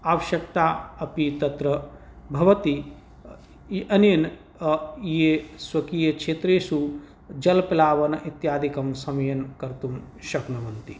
आवश्यकता अपि तत्र भवति अनेन ये स्वकीयक्षेत्रेषु जलप्लावनम् इत्यादिकं समयेन कर्तुं शक्नुवन्ति